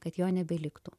kad jo nebeliktų